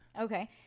Okay